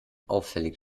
auffällig